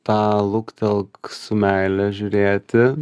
tą luktelk su meile žiūrėti